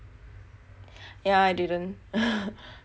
yah I didn't